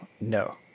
No